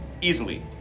Easily